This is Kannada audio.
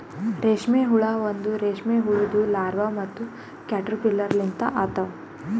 ರೇಷ್ಮೆ ಹುಳ ಒಂದ್ ರೇಷ್ಮೆ ಹುಳುದು ಲಾರ್ವಾ ಮತ್ತ ಕ್ಯಾಟರ್ಪಿಲ್ಲರ್ ಲಿಂತ ಆತವ್